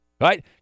right